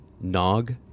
nog